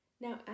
Now